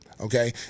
Okay